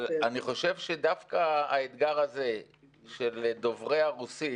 אני חושב שדווקא האתגר של דוברי הרוסית,